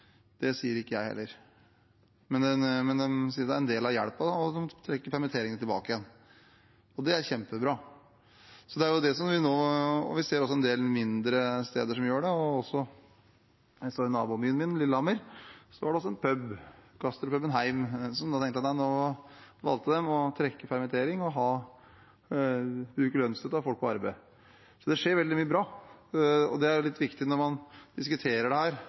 det sier ikke jeg heller, men de sier det er en del av hjelpen – trekker permitteringene tilbake. Det er kjempebra. Vi ser også en del mindre steder som gjør det. I nabobyen min Lillehammer er det en pub, Heim Gastropub, som nå velger å trekke permitteringer og bruke lønnsstøtte og ha folk på arbeid. Det skjer veldig mye bra, og det er jo litt viktig når man diskuterer dette. Den virkeligheten man ser ute, er den som er det